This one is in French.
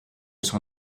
son